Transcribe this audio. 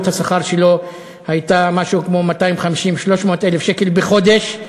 השכר שלו הייתה משהו כמו 300,000-250,000 ש"ח לחודש.